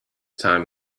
time